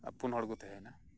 ᱟᱨ ᱯᱩᱱ ᱦᱚᱲ ᱠᱚ ᱛᱟᱦᱮᱸᱱᱟ